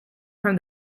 from